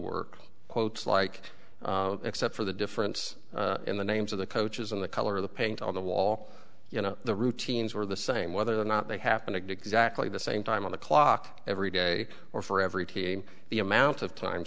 work quotes like except for the difference in the names of the coaches in the color of the paint on the wall you know the routines were the same whether or not they happen exactly the same time on the clock every day or for every team the amount of time